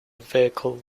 vehicle